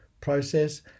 process